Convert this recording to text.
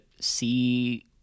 see